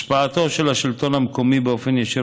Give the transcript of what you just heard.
השפעתו של השלטון המקומי באופן ישיר